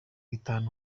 itanu